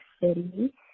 City